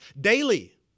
daily